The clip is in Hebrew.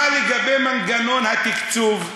אני שואל, מה לגבי מנגנון התקצוב?